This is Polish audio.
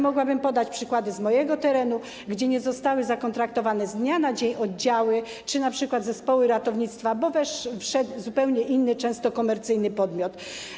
Mogłabym podać przykłady z mojego terenu, gdzie nie zostały zakontraktowane z dnia na dzień świadczenia oddziałów czy np. zespołów ratownictwa, bo wszedł zupełnie inny, często komercyjny, podmiot.